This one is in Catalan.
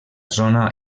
zona